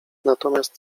natomiast